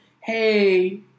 hey